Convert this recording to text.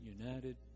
United